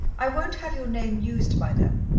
i won't have your name used by them.